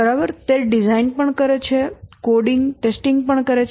બરાબર તે ડિઝાઇન પણ કરે છે કોડિંગ ટેસ્ટીંગ પણ કરે છે